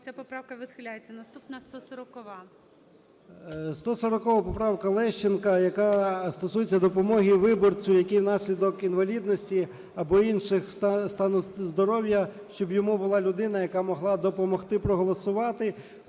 Ця поправка відхиляється. Наступна – 140-а. 13:08:37 ЧЕРНЕНКО О.М. 140 поправка Лещенка, яка стосується допомоги виборцю, який внаслідок інвалідності або інших стану здоров'я, щоб йому була людина, яка могла допомогти проголосувати.